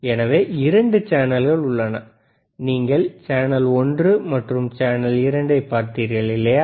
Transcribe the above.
எனவே இரண்டு சேனல்கள் உள்ளன நீங்கள் சேனல் ஒன்று மற்றும் சேனல் இரண்டை பார்த்தீர்கள் இல்லையா